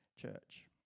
church